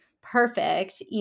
perfect